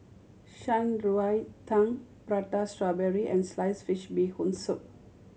Shan Rui Tang Prata Strawberry and sliced fish Bee Hoon Soup